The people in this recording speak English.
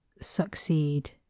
succeed